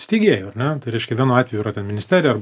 steigėjų ar ne tai reiškia vienu atveju yra ten ministerija arba